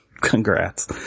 congrats